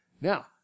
Now